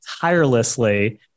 tirelessly